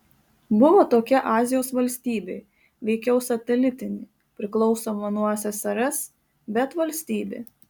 buvo tokia azijos valstybė veikiau satelitinė priklausoma nuo ssrs bet valstybė